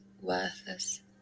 worthless